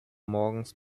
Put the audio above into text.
morgens